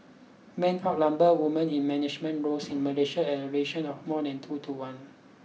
men outnumber women in management roles in Malaysia at a ration of more than two to one